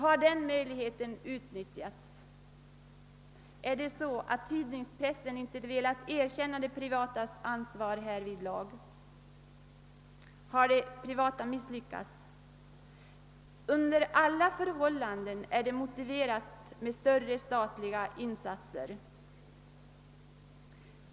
Har den möjligheten utnyttjats? är det så, att tidningspressen inte velat erkänna de privatas ansvar härvidlag? Har de privata misslyckats? Under alla förhållanden är större statliga insatser motiverade.